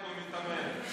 מאזין ומתאמן.